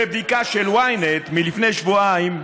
הבדיקה של ynet מלפני שבועיים,